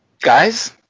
Guys